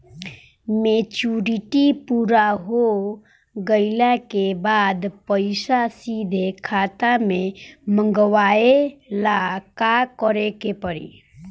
Maturity पूरा हो गइला के बाद पईसा सीधे खाता में मँगवाए ला का करे के पड़ी?